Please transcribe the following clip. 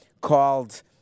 called